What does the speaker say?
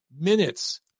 minutes